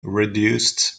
reduced